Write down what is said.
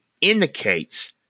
indicates